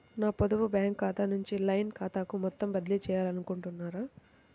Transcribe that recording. నా పొదుపు బ్యాంకు ఖాతా నుంచి లైన్ ఖాతాకు మొత్తం బదిలీ చేయాలనుకుంటున్నారా?